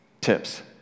tips